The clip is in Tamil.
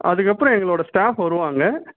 அதுக்கப்பறம் எங்களோட ஸ்டாஃப் வருவாங்க